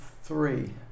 three